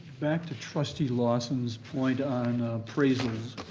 back to trustee lawson's point on appraisals,